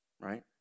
Right